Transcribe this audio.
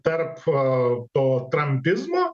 tarp to trampizmo